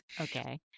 Okay